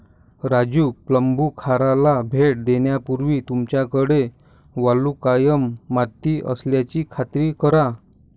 राजू प्लंबूखाराला भेट देण्यापूर्वी तुमच्याकडे वालुकामय माती असल्याची खात्री करा